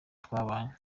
twabanye